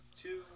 two